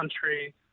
country